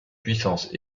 puissance